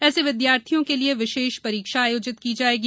ऐसे विद्यार्थियों के लिये विशेष परीक्षा आयोजित की जाएगी